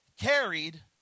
carried